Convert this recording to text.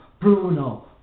Bruno